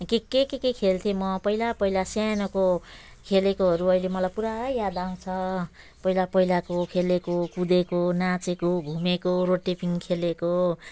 के के के के खेल्थेँ म पहिला पहिला सानोको खेलेकोहरू अहिले मलाई पुरा याद आउँछ पहिला पहिलाको खेलेको कुदेको नाँचेको घुमेको रोटेपिङ खेलेको